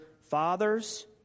fathers